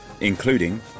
including